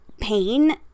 pain